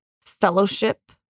fellowship